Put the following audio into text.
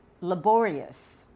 laborious